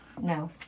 No